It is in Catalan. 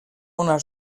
una